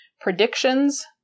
predictions